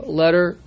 letter